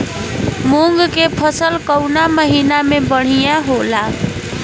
मुँग के फसल कउना महिना में बढ़ियां होला?